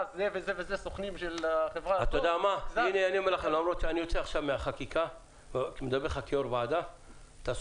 זה וזה סוכנים של החברה הזאת -- אני מדבר עכשיו כיושב-ראש ועדה ולא